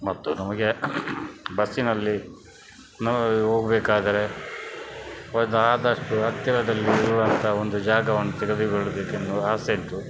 ಮತ್ತು ನಮಗೆ ಬಸ್ಸಿನಲ್ಲಿ ನಮಗೆ ಹೋಗಬೇಕಾದರೆ ಒಂದು ಆದಷ್ಟು ಹತ್ತಿರದಲ್ಲಿ ಇರುವಂಥ ಒಂದು ಜಾಗವನ್ನು ತೆಗೆದುಕೊಳ್ಳಬೇಕೆಂದು ಆಸೆಯಿತ್ತು